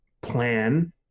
plan